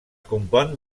compon